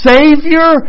Savior